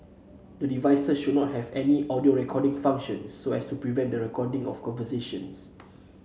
the devices should not have any audio recording function so as to prevent the recording of conversations